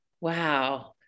Wow